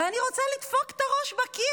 ואני רוצה לדפוק את הראש בקיר.